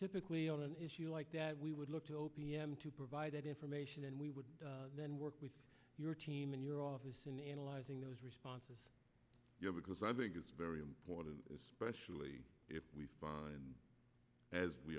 typically on an issue like that we would look to o p m to provide that information and we would then work with your team in your office in analyzing those responses because i think it's very important especially as we find